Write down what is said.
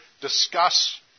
discuss